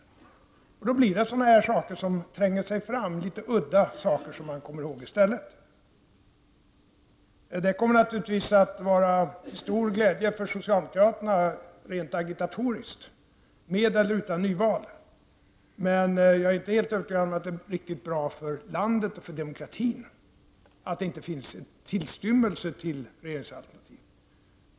Då tränger sig sådana här litet udda saker fram som man kommer ihåg. Det kommer naturligtvis att vara en stor glädje för socialdemokraterna rent agitatoriskt, med eller utan nyval. Men jag är inte helt övertygad om att det är riktigt bra för landet och demekratin att det inte finns tillstymmelse till regeringsalternativ.